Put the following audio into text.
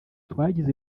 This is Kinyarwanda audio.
twagize